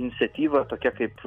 iniciatyva tokia kaip